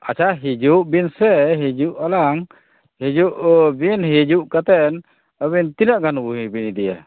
ᱟᱪᱪᱷᱟ ᱦᱤᱡᱩᱜᱵᱤᱱ ᱥᱮ ᱦᱤᱡᱩᱜ ᱟᱱᱟᱝ ᱦᱤᱡᱩᱜᱵᱤᱱ ᱦᱤᱡᱩᱜ ᱠᱟᱛᱮᱱ ᱟᱵᱮᱱ ᱛᱤᱱᱟᱹᱜ ᱜᱟᱱ ᱵᱚᱭᱵᱤᱱ ᱤᱫᱤᱭᱟ